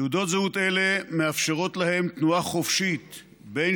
תעודות זהות אלה מאפשרות להם תנועה חופשית בין